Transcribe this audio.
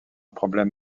problème